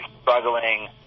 struggling